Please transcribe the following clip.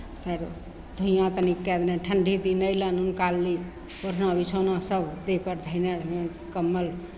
फेर धुइआँ तनि कए देलहुँ ठण्ढी दिन अयलनि हुनका लिए ओढ़ना बिछौना सभ देहपर धयने रहलहुँ कम्बल